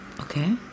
Okay